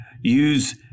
use